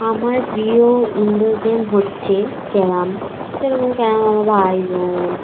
আমার প্রিয় indoor game হচ্ছে ক্যারাম যেরকম ক্যারাম আমার ভাই বোন